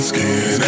Skin